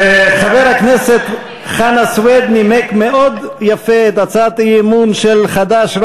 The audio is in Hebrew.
חבר הכנסת חנא סוייד נימק מאוד יפה את הצעת האי-אמון של חד"ש,